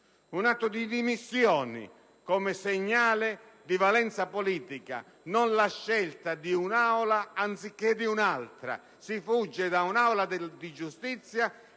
un atto di dimissioni come segnale di valenza politica e non la scelta di un'aula anziché di un'altra. Si fugge da un'aula di giustizia